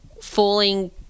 falling